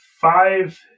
five